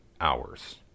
hours